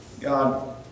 God